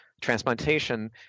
transplantation